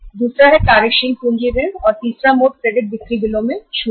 दूसरा मोड कार्यशील पूँजी ऋण है और तीसरा मोड क्रेडिट बिक्री बिलो में छूट है